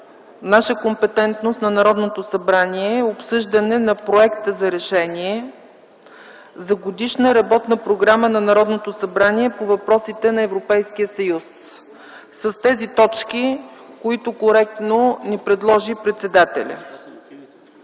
наша компетентност – на Народното събрание, е обсъждане на проект за Решение за годишна работна програма на Народното събрание по въпросите на Европейския съюз, с тези точки, които коректно ни предложи председателят.